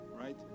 right